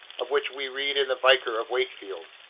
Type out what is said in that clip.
of which we read in the vicar of wakefield.